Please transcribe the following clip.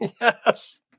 Yes